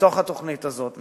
בתוך התוכנית הזאת.